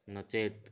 ନଚେତ୍